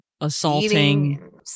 assaulting